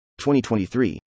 2023